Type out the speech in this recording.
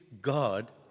God